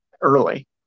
early